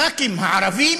הח"כים הערבים